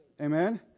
amen